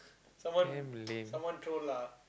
damn lame